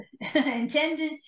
intended